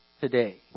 today